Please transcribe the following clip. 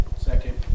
Second